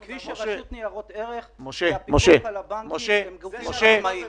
כפי שרשות ניירות ערך והפיקוח על הבנקים הם גופים עצמאיים.